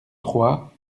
trois